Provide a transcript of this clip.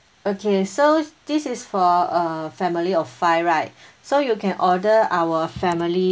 okay so this is for a family of five right so you can order our family